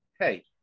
Hey